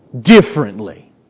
differently